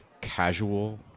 casual